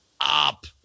up